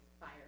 fire